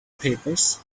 papers